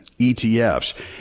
ETFs